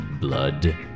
blood